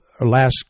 last